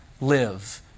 live